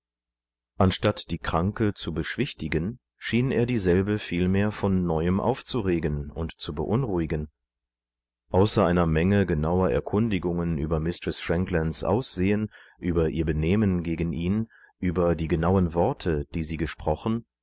anstatt die kranke zu beschwichtigen schien er dieselbe vielmehr von neuem aufzuregen und zu beunruhigen außer einer menge genauer erkundigungen über mistreßfranklandsaussehen überihrbenehmengegenihn überdiegenauenworte die sie gesprochen